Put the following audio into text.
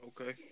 Okay